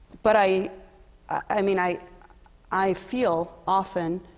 but i i mean, i i feel, often,